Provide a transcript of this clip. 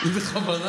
חברת